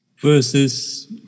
versus